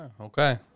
okay